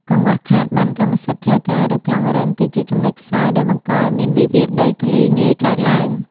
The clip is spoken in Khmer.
កង្វះខាតប័ណ្ណកម្មសិទ្ធិផ្លូវការ ឬ "ប្លង់រឹង" គឺជាចំណុចខ្សោយដែលបង្កឱ្យមានវិវាទដីធ្លីងាយកើតឡើង។